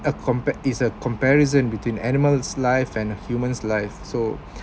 a compare is a comparison between animals live and a human live so